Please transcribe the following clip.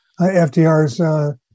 fdr's